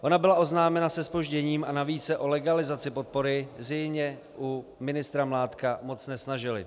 Ona byla oznámena se zpožděním a navíc se o legalizaci podpory zřejmě u ministra Mládka moc nesnažili.